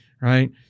right